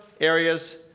areas